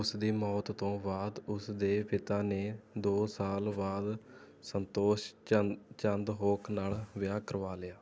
ਉਸਦੀ ਮੌਤ ਤੋਂ ਬਾਅਦ ਉਸਦੇ ਪਿਤਾ ਨੇ ਦੋ ਸਾਲ ਬਾਅਦ ਸੰਤੋਸ਼ ਚੰਦ ਚੰਦਹੋਕ ਨਾਲ ਵਿਆਹ ਕਰਵਾ ਲਿਆ